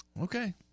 Okay